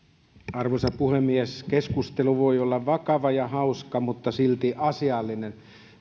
arvoisa puhemies keskustelu voi olla vakava ja hauska mutta silti asiallinen